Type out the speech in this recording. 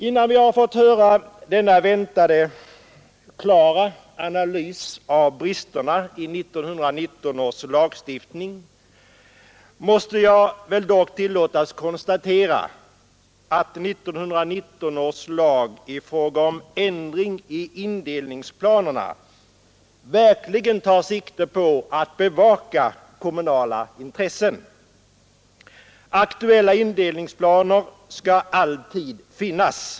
Innan vi har fått denna väntade klara analys av bristerna i 1919 års lagstiftning måste jag väl dock tillåtas konstatera att 1919 års lag i fråga om ändring i indelningsplanerna verkligen tar sikte på att bevaka kommunala intressen. Aktuella indelningsplaner skall alltid finnas.